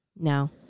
No